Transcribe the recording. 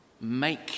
make